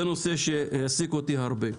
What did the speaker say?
זה נושא שהעסיק אותי הרבה.